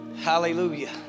Hallelujah